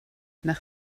nach